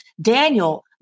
daniel